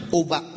over